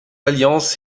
alliance